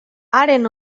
haren